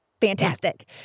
fantastic